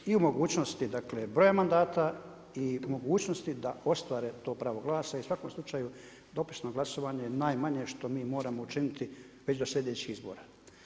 Dakle i u mogućnosti dakle brojem mandata i mogućnosti da ostvare to pravo glasa i u svakom slučaju, dopisno glasovanje je najmanje što mi moramo učiniti već do sljedećih izbora.